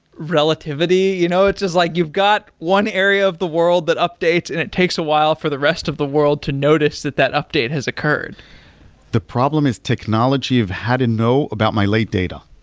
relativity? you know it's just like you've got one area of the world that updates and it takes a while for the rest of the world to notice that that update has occurred the problem is technology of how to know about my late data.